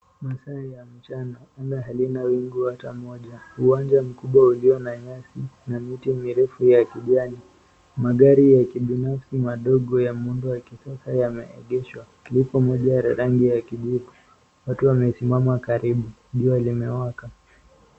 Masaa ya mchana. Anga halina wingu hata moja. Uwanja mkubwa ulio na nyasi na miti mirefu ya kijani. Magari ya kibinafsi madogo ya muundo wa kisasa yameegeshwa. Lipo moja la rangi ya kijivu. Watu wamesimama karibu. Jua limewaka.